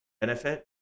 benefit